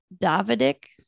Davidic